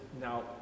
now